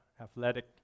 athletic